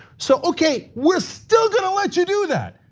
so okay, we're still gonna let you do that.